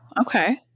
okay